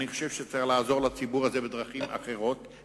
אני חושב שצריך לעזור לציבור הזה בדרכים אחרות,